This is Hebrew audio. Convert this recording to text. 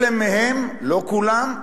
אלה מהם, לא כולם,